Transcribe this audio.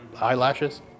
eyelashes